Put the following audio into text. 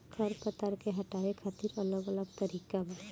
खर पतवार के हटावे खातिर अलग अलग तरीका बा